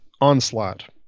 onslaught